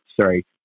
Sorry